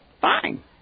Fine